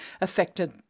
affected